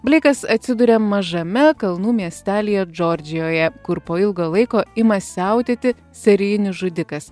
bleikas atsiduria mažame kalnų miestelyje džordžijoje kur po ilgo laiko ima siautėti serijinis žudikas